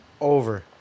over